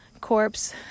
corpse